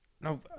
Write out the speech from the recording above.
No